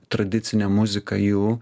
tradicinė muzika jų